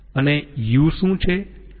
અને u શું છે